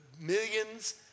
millions